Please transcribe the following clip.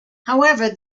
however